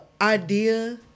idea